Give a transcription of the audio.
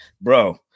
bro